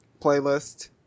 Playlist